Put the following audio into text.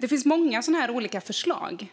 Det finns många olika förslag.